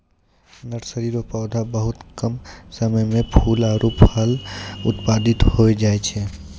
nursery रो पौधा बहुत कम समय मे फूल आरु फल उत्पादित होय जाय छै